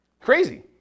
Crazy